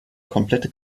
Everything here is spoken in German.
komplette